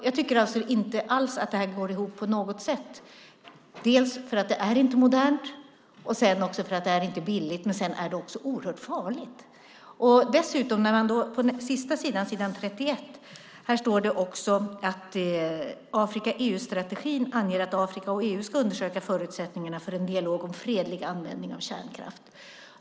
Jag tycker inte att det går ihop dels för att det inte är modernt, dels för att det inte är billigt. Det är också oerhört farligt. På s. 31 står dessutom att Afrika-EU-strategin anger att Afrika och EU ska undersöka förutsättningarna för en dialog om fredlig användning av kärnkraft.